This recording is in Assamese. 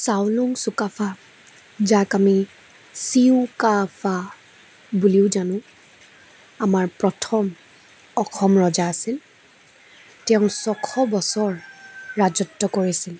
চাউলুং চুকাফা যাক আমি চিউকাফা বুলিও জানো আমাৰ প্ৰথম অসম ৰজা আছিল তেওঁ ছশ বছৰ ৰাজত্ব কৰিছিল